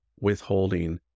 withholding